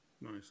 Nice